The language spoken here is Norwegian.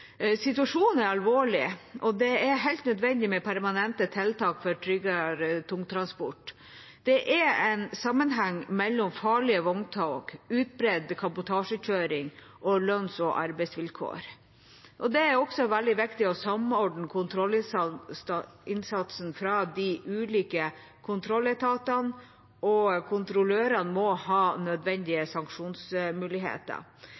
Situasjonen er alvorlig, og det er helt nødvendig med permanente tiltak for tryggere tungtransport. Det er en sammenheng mellom farlige vogntog, utbredt kabotasjekjøring og lønns- og arbeidsvilkår. Det er også veldig viktig å samordne kontrollinnsatsen fra de ulike kontrolletatene, og kontrollørene må ha